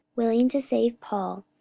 willing to save paul,